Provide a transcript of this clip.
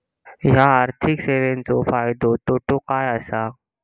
हया आर्थिक सेवेंचो फायदो तोटो काय आसा?